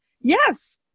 yes